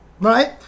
Right